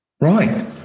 Right